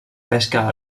pesca